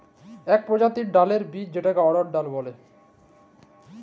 ইক পরজাতির ডাইলের বীজ যেটাকে অড়হর ডাল ব্যলে